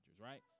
Right